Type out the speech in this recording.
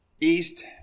east